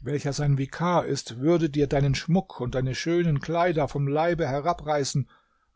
welcher sein vikar ist würde dir deinen schmuck und deine schönen kleider vom leibe herabreißen